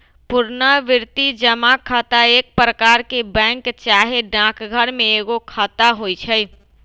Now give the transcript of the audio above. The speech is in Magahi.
पुरनावृति जमा खता एक प्रकार के बैंक चाहे डाकघर में एगो खता होइ छइ